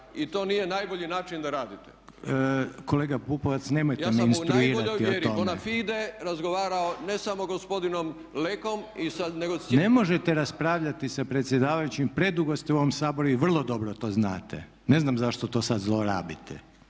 o tome. **Pupovac, Milorad (SDSS)** Ja sam u najboljoj vjeri bona fide razgovarao ne samo gospodinom Lekom, nego… **Reiner, Željko (HDZ)** Ne možete raspravljati sa predsjedavajućim, predugo ste u ovom Saboru i vrlo dobro to znate. Ne znam zašto to sad zlorabite.